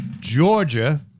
Georgia